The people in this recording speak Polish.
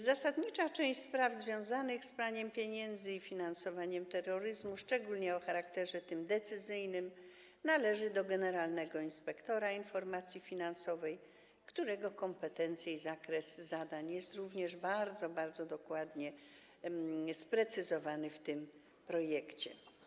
Zasadnicza część spraw związanych z praniem pieniędzy i finansowaniem terroryzmu, szczególnie o charakterze decyzyjnym, należy do generalnego inspektora informacji finansowej, którego kompetencje i zakres zadań są również bardzo, bardzo dokładnie sprecyzowane w tym projekcie.